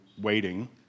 waiting